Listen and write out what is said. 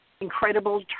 incredible